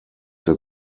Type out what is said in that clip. der